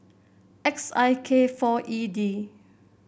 X I K four E D